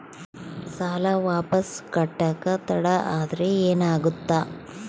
ಸಾಲ ವಾಪಸ್ ಕಟ್ಟಕ ತಡ ಆದ್ರ ಏನಾಗುತ್ತ?